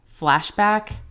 flashback